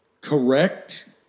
correct